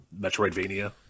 metroidvania